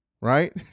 right